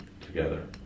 together